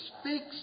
speaks